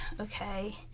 okay